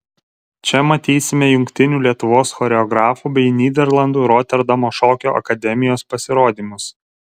čia matysime jungtinių lietuvos choreografų bei nyderlandų roterdamo šokio akademijos pasirodymus